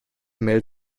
mel